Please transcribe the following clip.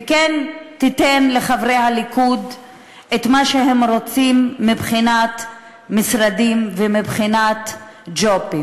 וכן תיתן לחברי הליכוד את מה שהם רוצים מבחינת משרדים ומבחינת ג'ובים,